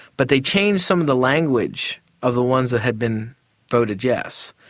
but they changed some of the language of the ones that had been voted yes.